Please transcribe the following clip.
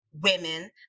women